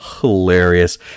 hilarious